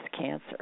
cancer